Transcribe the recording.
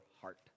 heart